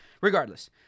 Regardless